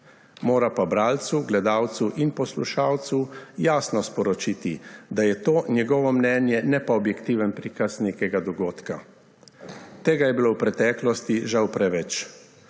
Mora pa bralcu, gledalcu in poslušalci jasno sporočiti, da je to njegovo mnenje, ne pa objektiven prikaz nekega dogodka. Tega je bilo v preteklosti, žal, preveč.